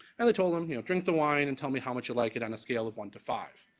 and they told them, you know, drink the wine and tell me how much you like it on a scale of one to five.